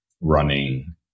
running